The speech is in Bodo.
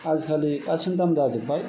आजिखालि गासैबो दाम जाजोबबाय